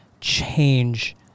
change